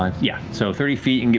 yeah, so thirty feet. and